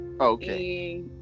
Okay